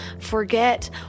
Forget